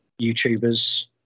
YouTubers